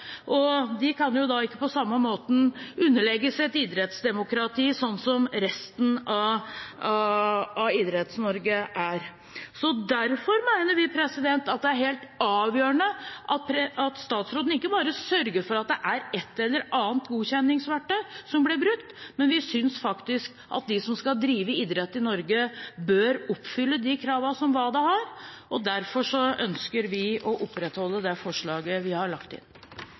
og de kan ikke på samme måte underlegge seg et idrettsdemokrati, som resten av Idretts-Norge er. Derfor mener vi at det er helt avgjørende at statsråden ikke bare sørger for at det er et eller annet godkjenningsverktøy som blir brukt, men vi synes faktisk at de som skal drive idrett i Norge, bør oppfylle de kravene som WADA har. Derfor ønsker vi å opprettholde det forslaget vi har lagt inn.